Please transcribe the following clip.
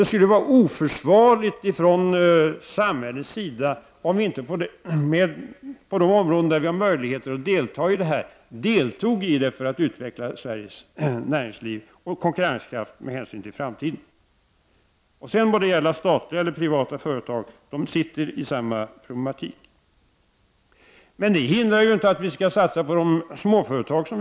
Det skulle vara oförsvarligt om samhället inte, på de områden där vi kan delta, också deltoge i utvecklingen av det svenska näringslivet. Både statliga och privata företag sitter i detta avseende i samma situation. Men detta hindrar ju oss inte från att satsa på småföretagen.